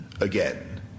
again